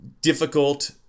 difficult